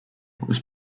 was